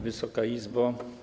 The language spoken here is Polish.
Wysoka Izbo!